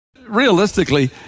Realistically